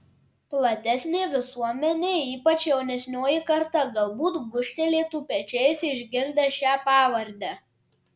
platesnė visuomenė ypač jaunesnioji karta galbūt gūžtelėtų pečiais išgirdę šią pavardę